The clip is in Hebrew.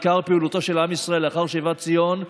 עיקר פעילותו של עם ישראל לאחר שיבת ציון,